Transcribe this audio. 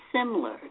similar